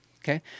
Okay